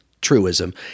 truism